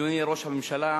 אדוני ראש הממשלה,